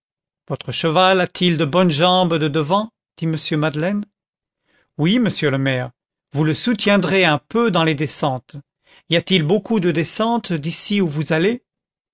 votre cheval a-t-il de bonnes jambes de devant dit m madeleine oui monsieur le maire vous le soutiendrez un peu dans les descentes y a-t-il beaucoup de descentes d'ici où vous allez